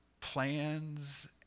plans